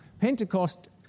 Pentecost